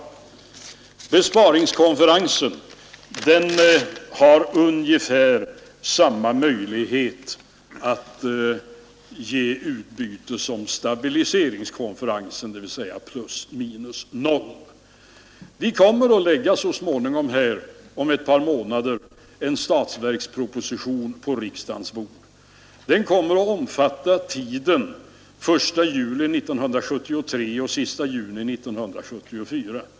En besparingskonferens har ungefär samma möjlighet att ge utbyte som en stabiliseringskonferens, dvs. plus minus noll. Vi kommer att om två månader lägga en statsverksproposition på riksdagens bord. Den kommer att omfatta tiden 1 juli 1973—30 juni 1974.